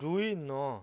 দুই ন